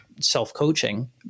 self-coaching